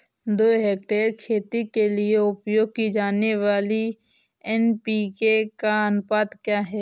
दो हेक्टेयर खेती के लिए उपयोग की जाने वाली एन.पी.के का अनुपात क्या है?